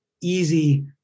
easy